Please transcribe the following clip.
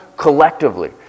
Collectively